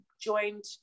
joined